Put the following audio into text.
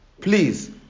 Please